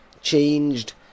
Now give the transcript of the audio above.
changed